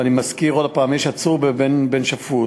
ואני מזכיר עוד פעם: יש עצור ויש שפוט,